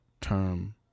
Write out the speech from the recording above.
term